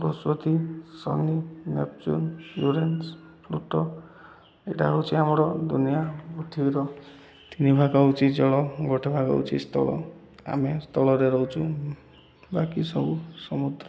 ବୃହସ୍ପତି ଶନି Neptune Uranus Pluto ଏଇଟା ହେଉଛି ଆମର ଦୁନିଆଁ ପୃଥିବୀର ତିନି ଭାଗ ହେଉଛି ଜଳ ଗୋଟେ ଭାଗ ହେଉଛି ସ୍ଥଳ ଆମେ ସ୍ଥଳରେ ରହୁଛୁ ବାକି ସବୁ ସମୁଦ୍ର